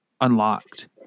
unlocked